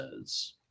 says